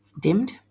dimmed